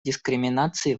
дискриминации